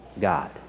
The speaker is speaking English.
God